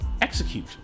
Execute